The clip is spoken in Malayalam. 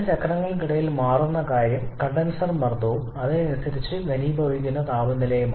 ഈ രണ്ട് ചക്രങ്ങൾക്കിടയിൽ മാറുന്ന കാര്യം കണ്ടൻസർ മർദ്ദവും അതിനനുസരിച്ച് ഘനീഭവിക്കുന്ന താപനില